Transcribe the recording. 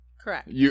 Correct